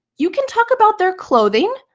you can talk about their clothing,